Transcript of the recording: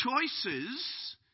choices